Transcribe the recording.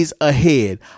ahead